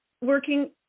working